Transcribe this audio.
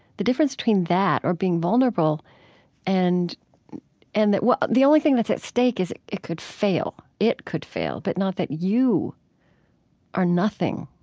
the difference between that or being vulnerable and and well, the only thing that's at stake is it could fail. it could fail, but not that you are nothing